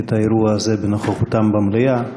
את האירוע הזה בנוכחותם במליאה.